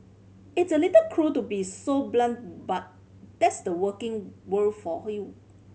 it's a little cruel to be so blunt but that's the working world for you